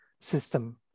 system